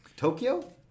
Tokyo